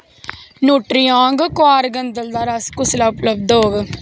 न्यूट्रिआंग कुआरगंदल दा रस कुसलै उपलब्ध होग